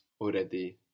already